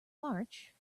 march